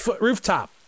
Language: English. rooftop